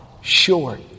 short